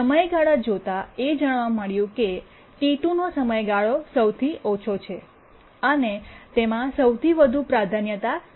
સમયગાળો જોતાં એ જાણવા મળ્યુંજાણવા મળ્યું કે T2 ટી૨ નો સમયગાળો સૌથી ઓછો છે અને તેમાં સૌથી વધુ પ્રાધાન્યતા છે